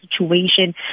situation